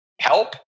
help